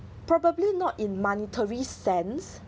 probably not in monetary sense